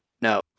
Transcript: No